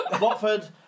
Watford